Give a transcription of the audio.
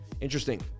Interesting